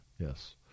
Yes